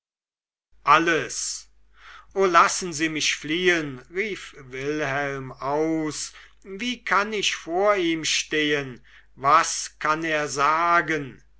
alles o lassen sie mich fliehen rief wilhelm aus wie kann ich vor ihm stehen was kann er sagen